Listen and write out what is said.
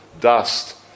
dust